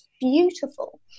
Beautiful